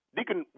Deacon